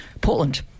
Portland